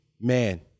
man